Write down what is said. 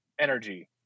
energy